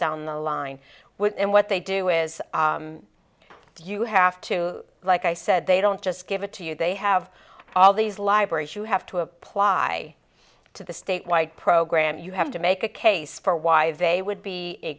down the line when what they do is do you have to like i said they don't just give it to you they have all these libraries you have to apply to the statewide program you have to make a case for why they would be a